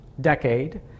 decade